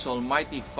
Almighty